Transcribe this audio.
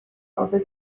over